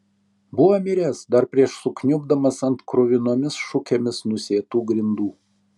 buvo miręs dar prieš sukniubdamas ant kruvinomis šukėmis nusėtų grindų